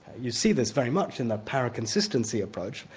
you see this very much in the paraconsistency approach,